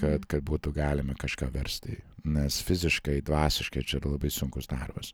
kad kad būtų galima kažką versti nes fiziškai dvasiškai čia yra labai sunkus darbas